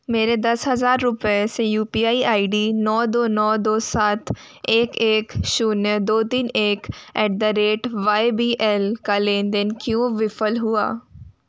मेरे दस हज़ार रुपये से U P I I D नौ दो नौ दो सात एक एक शून्य दो तीन एक at the rate Y B L का लेन देन क्यों विफल हुआ